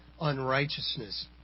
unrighteousness